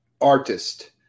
artist